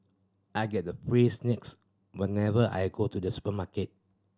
I get the free snacks whenever I go to the supermarket